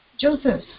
Joseph